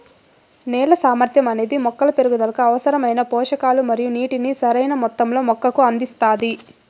నేల సామర్థ్యం అనేది మొక్కల పెరుగుదలకు అవసరమైన పోషకాలు మరియు నీటిని సరైణ మొత్తంలో మొక్కకు అందిస్తాది